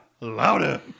Louder